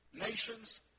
nations